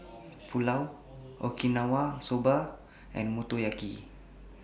Pulao Okinawa Soba and Motoyaki